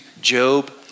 Job